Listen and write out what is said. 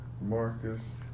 Marcus